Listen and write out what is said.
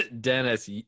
Dennis